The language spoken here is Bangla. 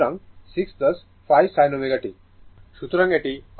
সুতরাং 6 5 sin ω t